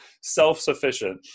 self-sufficient